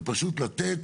ופשוט לתת